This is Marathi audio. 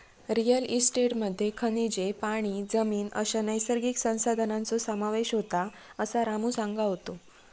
रिअल इस्टेटमध्ये खनिजे, पाणी, जमीन अश्या नैसर्गिक संसाधनांचो समावेश होता, असा रामू सांगा होतो